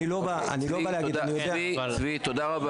אני לא בא ------ צבי, תודה.